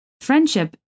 friendship